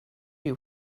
you